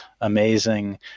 amazing